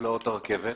הרכבת